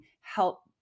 help